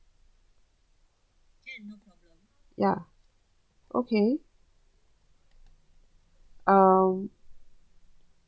ya okay um